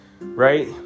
right